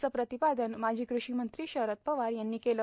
असं प्रतिपादन माजी कृषी मंत्री शरद पवार यांनी केलं